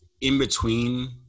in-between